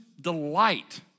delight